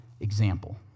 example